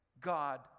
God